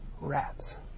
Rats